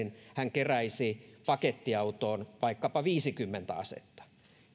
keräisi pakettiautoon vaikkapa viisikymmentä asetta